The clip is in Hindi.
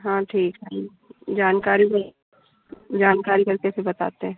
हाँ ठीक है जानकारी में जानकारी करके फिर बताते हैं